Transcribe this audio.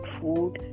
food